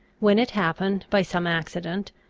when it happened, by some accident,